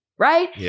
Right